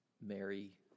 Mary